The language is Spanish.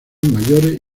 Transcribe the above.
mayores